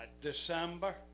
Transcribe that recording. December